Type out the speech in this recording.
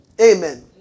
Amen